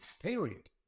Period